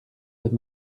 with